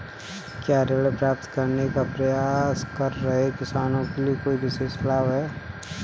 क्या ऋण प्राप्त करने का प्रयास कर रहे किसानों के लिए कोई विशेष लाभ हैं?